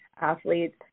athletes